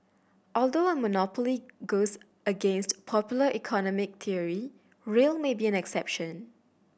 although a monopoly goes against popular economic theory rail may be an exception